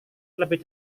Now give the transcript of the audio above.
lebih